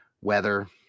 weather